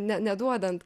ne neduodant